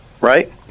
Right